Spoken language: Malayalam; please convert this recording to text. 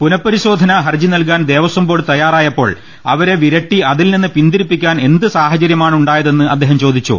പുനഃപരിശോധനാ ഹർജി നൽകാൻ ദേവസം ബോർഡ് തയ്യാറായപ്പോൾ അവരെ വിരട്ടി അതിൽനിന്ന് പിന്തിരിപ്പിക്കാൻ എന്ത് സാഹചര്യമാ ണുണ്ടായതെന്ന് അദ്ദേഹം ചോദിച്ചു